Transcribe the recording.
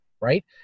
right